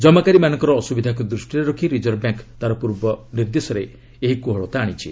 ଜମାକାରୀମାନଙ୍କର ଅସୁବିଧାକୁ ଦୃଷ୍ଟିରେ ରଖି ରିଜର୍ଭ ବ୍ୟାଙ୍କ୍ ତାହାର ପୂର୍ବ ନିର୍ଦ୍ଦେଶରେ ଏହି କୋହଳତା ଆଣିଛି